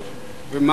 לא ידוע לי.